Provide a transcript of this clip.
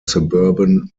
suburban